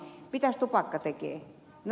mitäs tupakka tekee